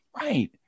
Right